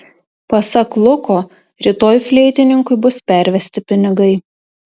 pasak luko rytoj fleitininkui bus pervesti pinigai